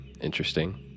interesting